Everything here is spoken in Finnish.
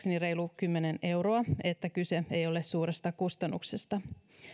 muistaakseni reilu kymmenen euroa eli kyse ei ole suuresta kustannuksesta